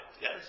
Yes